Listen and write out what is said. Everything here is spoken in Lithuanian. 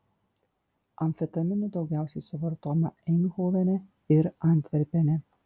amfetamino daugiausiai suvartojama eindhovene ir antverpene